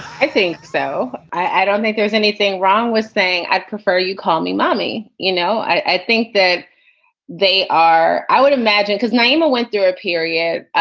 i think so. i don't think there's anything wrong with saying i'd prefer you call me mommy. you know, i think that they are. i would imagine because nyima went through a period,